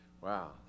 Wow